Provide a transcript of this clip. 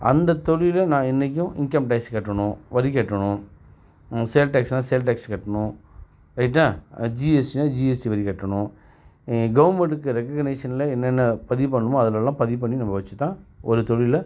அந்த தொழிலில் நான் என்றைக்கும் இன்கம் டேக்ஸ் கட்டணும் வரி கட்டணும் சேல்டேக்ஸ்ன்னா சேல்டேக்ஸ் கட்டணும் ரைட்டா ஜிஎஸ்டின்னா ஜிஎஸ்டி வரிகட்டணும் கவர்மெண்ட்டுக்கு ரிக்கஃகனிசேஷன்ல என்னென்ன பதிவு பண்ணணுமோ அதுலல்லாம் பதிவு பண்ணி நம்ம வச்சித்தான் ஒரு தொழிலில்